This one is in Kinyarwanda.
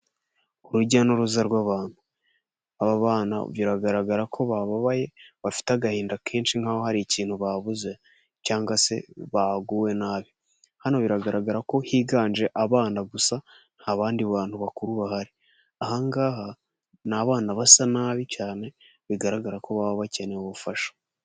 Urujya n'uruza rw'abantu, aba bana biragaragara ko bababaye bafite agahinda kenshi nk'aho hari ikintu babuze cyangwa se baguwe nabi hano biragaragara ko higanje abana gusa nta bandi bantu bakuru bahari ahangaha ni abana basa nabi cyane bigaragara ko baba bakeneye ubufasha.